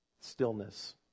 stillness